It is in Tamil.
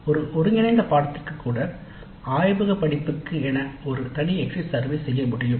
ஒரு ஒருங்கிணைந்த பாடநெறிக்கு கூட ஆய்வக படிப்புக்கு என ஒரு தனி எக்ஸிட் சர்வே செய்ய முடியும்